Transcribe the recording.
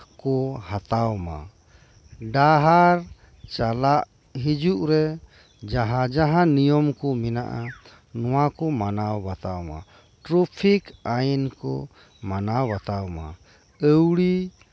ᱠᱚ ᱦᱟᱛᱟᱣ ᱢᱟ ᱰᱟᱦᱟᱨ ᱪᱟᱞᱟᱜ ᱦᱤᱡᱩᱜ ᱨᱮ ᱡᱟᱦᱟᱸ ᱡᱟᱦᱟᱸ ᱱᱤᱭᱚᱢ ᱠᱚ ᱢᱮᱱᱟᱜᱼᱟ ᱱᱚᱶᱟᱠᱚ ᱢᱟᱱᱟᱣ ᱵᱟᱛᱟᱣᱼᱢᱟ ᱴᱨᱟᱯᱷᱤᱠ ᱟᱹᱭᱤᱱ ᱠᱚ ᱢᱟᱱᱟᱣ ᱵᱟᱛᱟᱣᱼᱢᱟ ᱟᱹᱣᱲᱤ